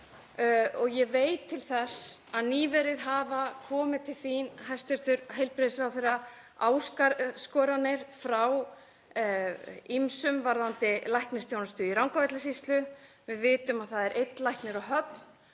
Ég veit til þess að nýverið hafa komið til hæstv. heilbrigðisráðherra áskoranir frá ýmsum varðandi læknisþjónustu í Rangárvallasýslu. Við vitum að það er einn læknir á Höfn,